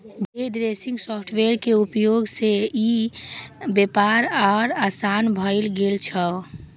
day trading software के उपयोग सं ई व्यापार आर आसान भए गेल छै